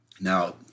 Now